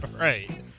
Right